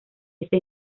esa